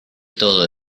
todo